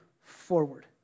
forward